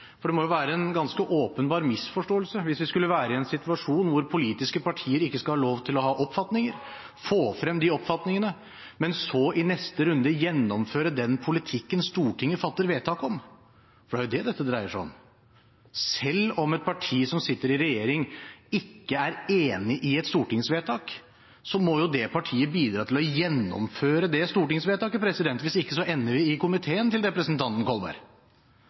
for det må være en åpenbar misforståelse hvis vi skulle være i en situasjon hvor politiske partier ikke skal ha lov til å ha oppfatninger og få frem de oppfatningene, men så i neste runde gjennomføre den politikken Stortinget fatter vedtak om. Det er det dette dreier seg om. Selv om et parti som sitter i regjering, ikke er enig i et stortingsvedtak, må det partiet bidra til å gjennomføre det stortingsvedtaket. Hvis ikke ender vi i komiteen til representanten Kolberg.